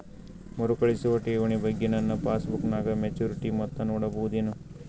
ಮರುಕಳಿಸುವ ಠೇವಣಿ ಬಗ್ಗೆ ನನ್ನ ಪಾಸ್ಬುಕ್ ನಾಗ ಮೆಚ್ಯೂರಿಟಿ ಮೊತ್ತ ನೋಡಬಹುದೆನು?